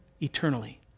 eternally